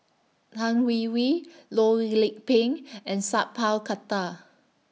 Tan Hwee Hwee Loh Lik Peng and Sat Pal Khattar